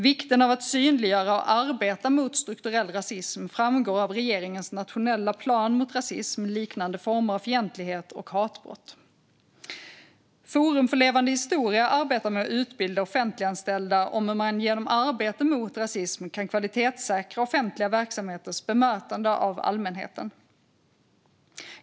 Vikten av att synliggöra och arbeta mot strukturell rasism framgår av regeringens nationella plan mot rasism, liknande former av fientlighet och hatbrott. Forum för levande historia arbetar med att utbilda offentliganställda om hur man genom arbete mot rasism kan kvalitetssäkra offentliga verksamheters bemötande av allmänheten.